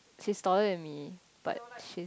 she is taller than me but she's